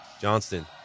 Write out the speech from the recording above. Johnston